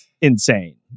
insane